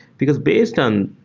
because based on